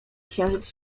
księżyc